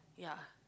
ya